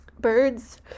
birds